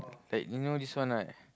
that you know his one right